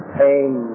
pain